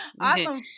Awesome